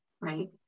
Right